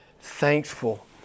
thankful